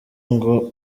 ngo